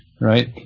right